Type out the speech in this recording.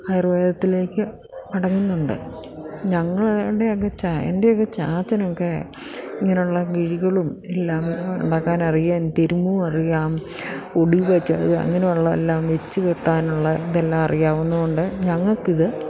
ആയുർവേദത്തിലേക്ക് മടങ്ങുന്നുണ്ട് ഞങ്ങൾ ണ്ട് എൻ്റെ എൻ്റെയൊക്കെ ചാച്ചനൊക്കെ ഇങ്ങനെയുള്ള കിഴികളും എല്ലാം ഉണ്ടാക്കാൻ അറിയാം തിരുമ്മും അറിയാം ഒടി വച്ചു അത് അങ്ങനെയുള്ള എല്ലാം വച്ചു കെട്ടാനുള്ള ഇതെല്ലാം അറിയാവുന്നത് കൊണ്ട് ഞങ്ങൾക്ക് ഇത്